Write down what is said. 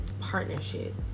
partnership